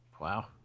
Wow